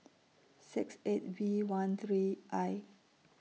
six eight V one three I